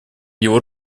его